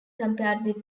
compared